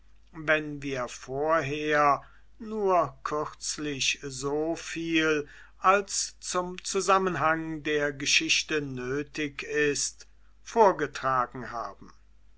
wenn wir vorher nur kürzlich so viel als zum zusammenhang der geschichte nötig ist vorgetragen haben